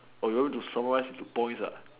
oh you want to summarize into points